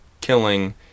killing